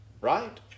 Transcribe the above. right